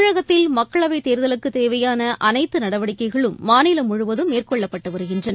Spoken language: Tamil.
தமிழகத்தில் மக்களவைத் தேர்தலுக்கானதேவையானஅனைத்துநடவடிக்கைகளும் மாநிலம் முழுவதும மேற்கொள்ளப்பட்டுவருகின்றன